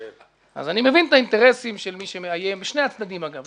אז אני מבין את האינטרסים של מי שמאיים משני הצדדים אגב,